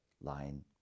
line